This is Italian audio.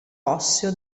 osseo